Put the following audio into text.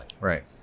right